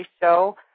show